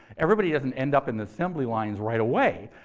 everybody doesn't end up in the assembly lines right away.